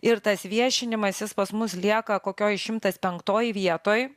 ir tas viešinimas jis pas mus lieka kokioje šimtas penktoj vietoj